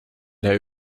der